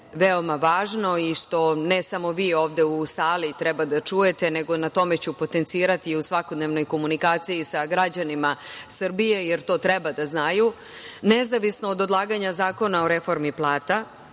veoma važno i što ne samo vi ovde u sali treba da čujete, nego ću na tome potencirati u svakodnevnoj komunikaciji sa građanima Srbije, jer to treba da znaju, nezavisno od odlaganja reformi plata